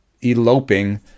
eloping